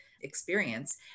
experience